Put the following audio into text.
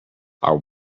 are